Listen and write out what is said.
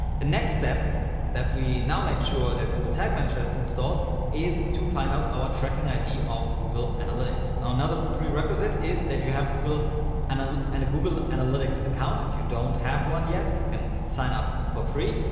the next step that we now made sure that google tag manager is installed is to find out our tracking id of google analytics. now another prerequisite is that you have a google analytics and ah and google analytics account. if you don't have one yet, you can sign up for free.